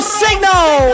signal